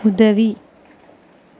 உதவி